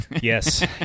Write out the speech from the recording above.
Yes